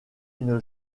une